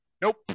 Nope